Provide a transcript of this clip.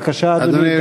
בבקשה, אדוני.